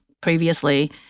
previously